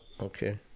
okay